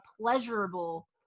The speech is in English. pleasurable